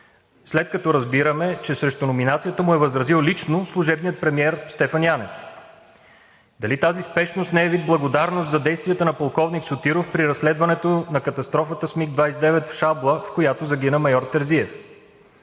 след като разбираме, че срещу номинацията му е възразил лично служебният премиер Стефан Янев. Дали тази спешност не е вид благодарност за действията на полковник Сотиров при разследването на катастрофата с МиГ-29 в Шабла, в която загина майор Терзиев?